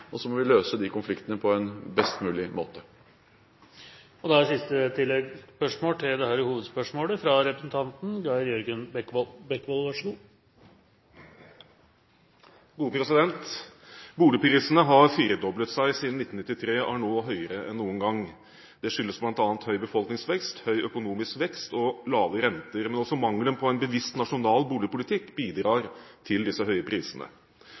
og så må vi løse de konfliktene på en best mulig måte. Geir Jørgen Bekkevold – til oppfølgingsspørsmål. Boligprisene har firedoblet seg siden 1993 og er nå høyere enn noen gang. Det skyldes bl.a. høy befolkningsvekst, høy økonomisk vekst og lave renter, men også mangelen på en bevisst nasjonal boligpolitikk bidrar til disse høye prisene.